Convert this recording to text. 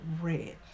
red